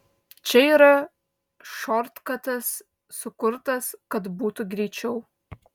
čia yra šortkatas sukurtas kad būtų greičiau